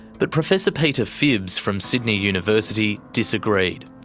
but professor peter phibbs from sydney university disagreed.